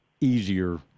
easier